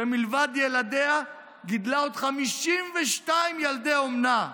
שמלבד ילדיה גידלה עוד 52 ילדי אומנה?